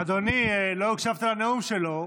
אדוני, לא הקשבת לנאום שלו.